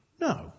No